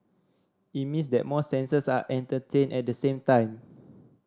it means that more senses are entertained at the same time